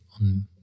on